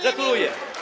Gratuluję.